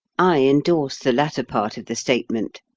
i endorse the latter part of the statement.